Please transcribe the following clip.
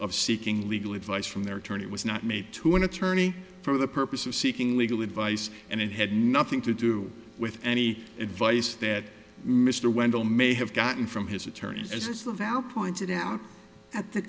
of seeking legal advice from their attorney was not made to an attorney for the purpose of seeking legal advice and it had nothing to do with any advice that mr wendel may have gotten from his attorneys as is the value pointed out at the